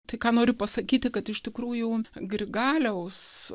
tai ką noriu pasakyti kad iš tikrųjų grigaliaus